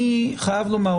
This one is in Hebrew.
שוב אומר